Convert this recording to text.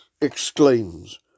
exclaims